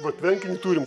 va tvenkinį turim